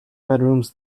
bedrooms